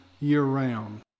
year-round